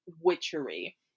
witchery